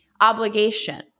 obligation